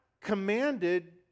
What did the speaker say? commanded